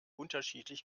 unterschiedlich